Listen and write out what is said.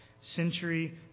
century